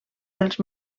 dels